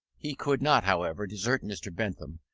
he could not, however, desert mr. bentham,